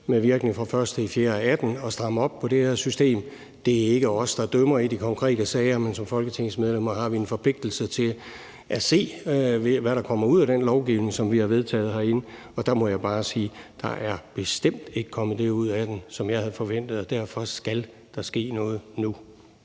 med virkning fra den 1. april 2018 at stramme op på det her system. Det er ikke os, der dømmer i de konkrete sager, men som folketingsmedlemmer har vi en forpligtelse til at se på, hvad der kommer ud af den lovgivning, som vi har vedtaget herinde, og der må jeg bare sige, at der bestemt ikke er kommet det ud af den, som jeg havde forventet, og derfor skal der ske noget nu.